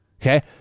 Okay